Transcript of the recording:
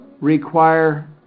require